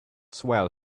swell